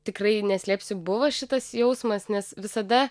tikrai neslėpsiu buvo šitas jausmas nes visada